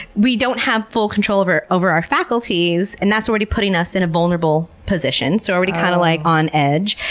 we don't have full control over over our faculties, and that's already putting us in a vulnerable position. so, we're already kind of like, on edge.